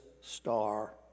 star